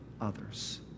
others